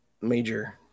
major